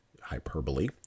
hyperbole